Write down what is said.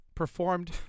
Performed